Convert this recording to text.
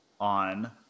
on